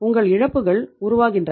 உங்கள் இழப்புகள் உருவாகின்றன